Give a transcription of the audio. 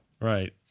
Right